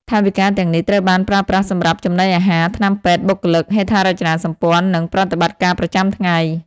ថវិកាទាំងនេះត្រូវបានប្រើប្រាស់សម្រាប់ចំណីអាហារ ថ្នាំពេទ្យ បុគ្គលិក ហេដ្ឋារចនាសម្ព័ន្ធ និងប្រតិបត្តិការប្រចាំថ្ងៃ។